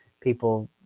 people